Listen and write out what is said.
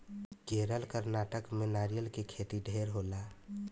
केरल, कर्नाटक में नारियल के खेती ढेरे होला